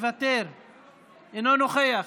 אינו נוכח,